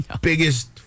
biggest